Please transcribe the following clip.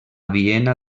viena